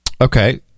Okay